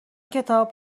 کتاب